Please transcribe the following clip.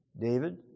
David